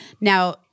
Now